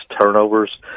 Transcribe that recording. turnovers